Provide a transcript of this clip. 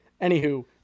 Anywho